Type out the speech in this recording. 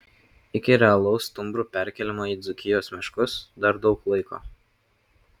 iki realaus stumbrų perkėlimo į dzūkijos miškus dar daug laiko